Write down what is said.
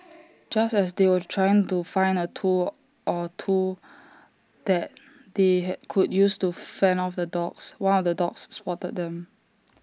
just as they were trying to find A tool or two that they could use to fend off the dogs one of the dogs spotted them